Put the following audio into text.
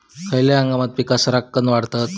खयल्या हंगामात पीका सरक्कान वाढतत?